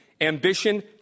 Ambition